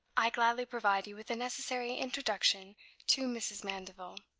i gladly provide you with the necessary introduction to mrs. mandeville.